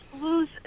lose